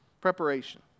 Preparation